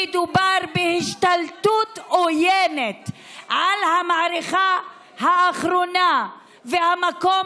מדובר בהשתלטות עוינת על המערכה האחרונה והמקום